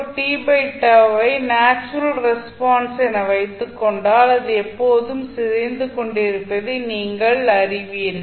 ஐ natural response என வைத்துக் கொண்டால் அது எப்போதும் சிதைந்து கொண்டிருப்பதை நீங்கள் அறிவீர்கள்